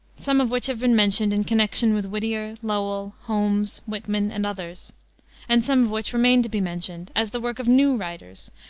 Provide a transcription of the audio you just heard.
some of which have been mentioned in connection with whittier, lowell, holmes, whitman, and others and some of which remain to be mentioned, as the work of new writers,